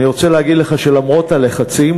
אני רוצה להגיד לך שלמרות הלחצים,